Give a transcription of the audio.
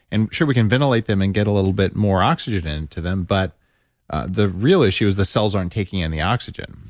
and sure, we can ventilate them and get a little bit more oxygen into them, but the real issue is that cells aren't taking in the oxygen.